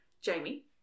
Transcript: Jamie